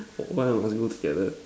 why must go together